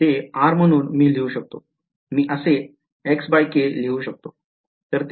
ते r म्हणून मी लिहू शकतो मी असे